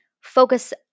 focus